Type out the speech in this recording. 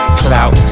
clout